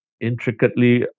intricately